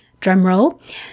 drumroll